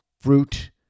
fruit